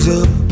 up